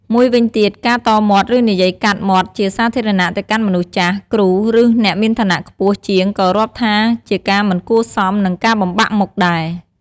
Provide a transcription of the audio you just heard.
មួយវិញទៀត ការតមាត់ ឬនិយាយកាត់មាត់ជាសាធារណៈទៅកាន់មនុស្សចាស់ គ្រូ ឬ អ្នកមានឋានៈខ្ពស់ជាងក៏រាប់ថាជាការមិនគួរសម និង ការបំបាក់មុខដែរ។